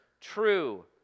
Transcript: true